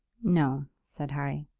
no, said harry,